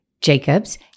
Jacobs